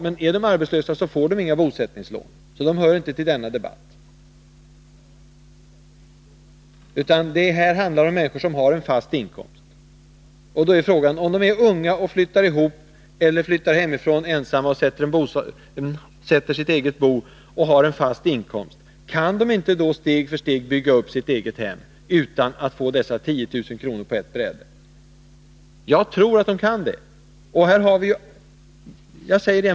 Men är de arbetslösa får de inga bosättningslån, så de hör inte till denna debatt. Här handlar det om människor som har en fast inkomst. Om de är unga och flyttar ihop eller flyttar hemifrån och sätter eget bo och har en fast inkomst, kan de då inte steg för steg bygga upp ett eget hem utan att få dessa 10 000 kr. på ett bräde? Jag tror att de kan det.